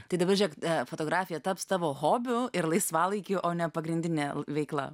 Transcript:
tai dabar žiūrėk fotografija taps tavo hobiu ir laisvalaikiu o ne pagrindinė veikla